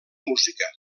música